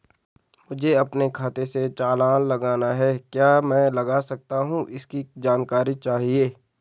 मुझे अपने खाते से चालान लगाना है क्या मैं लगा सकता हूँ इसकी जानकारी चाहिए?